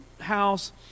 house